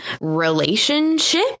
relationship